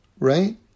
Right